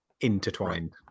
intertwined